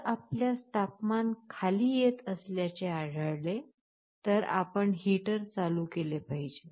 जर आपल्यास तापमान खाली येत असल्याचे आढळले तर आपण हीटर चालू केले पाहिजे